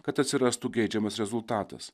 kad atsirastų geidžiamas rezultatas